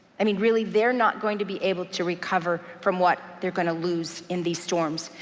i mean, really they're not going to be able to recover from what they're gonna lose in these storms,